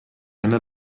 enne